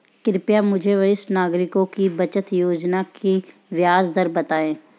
कृपया मुझे वरिष्ठ नागरिकों की बचत योजना की ब्याज दर बताएं